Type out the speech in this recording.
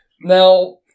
Now